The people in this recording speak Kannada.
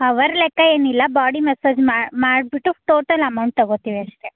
ಅವರ್ ಲೆಕ್ಕ ಏನಿಲ್ಲ ಬಾಡಿ ಮಸಾಜ್ ಮಾಡಿಬಿಟ್ಟು ಟೋಟಲ್ ಅಮೌಂಟ್ ತಗೋತೀವಿ ಅಷ್ಟೆ